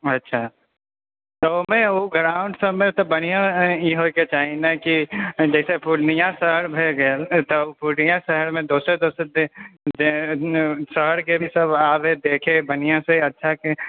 अच्छा तऽ ओहिमे ओ ग्राउण्ड सबमे तऽ बढ़िऑं ई होइ के चाही ने की जैसे पूर्णिया शहर भऽ गेल तऽ पूर्णिया शहर मे दोसर दोसर शहर के भी सब आबै देखै बन्हिया से अच्छा से